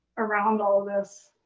around all of this.